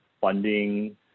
funding